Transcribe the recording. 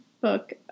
book